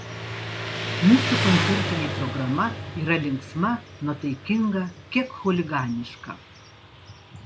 mūsų koncertinė programa yra linksma nuotaikinga kiek chuliganiška